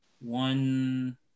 one